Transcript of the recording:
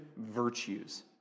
virtues